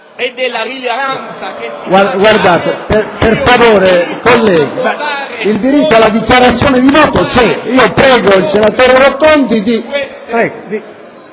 e della rilevanza che si sa dare